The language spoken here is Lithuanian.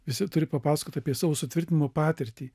visi turi papasakot apie savo sutvirtinimo patirtį